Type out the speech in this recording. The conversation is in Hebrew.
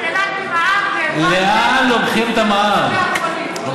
מע"מ, בית החולים.